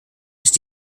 ist